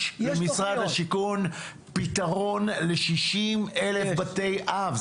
יש למשרד השיכון פתרון ל-60,000 בתי אב.